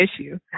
issue